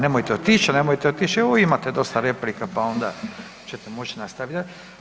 Nemojte otić, nemojte otići, evo, imate dosta replika pa onda ćete moći nastavljati.